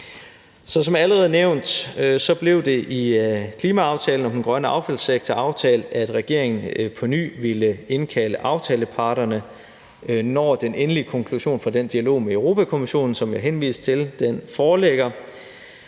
Som allerede nævnt blev det i klimaaftalen om den grønne affaldssektor aftalt, at regeringen påny ville indkalde aftaleparterne, når den endelige konklusion fra den dialog med Europa-Kommissionen, som jeg henviste til, foreligger,